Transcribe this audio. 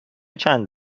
چند